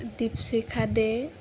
Dipshikha De